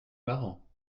marrant